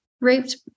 raped